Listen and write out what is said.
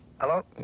Hello